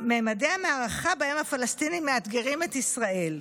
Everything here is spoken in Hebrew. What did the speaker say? ממדי המערכה שבהם הפלסטינים מאתגרים את ישראל.